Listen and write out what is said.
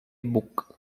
book